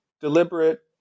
Deliberate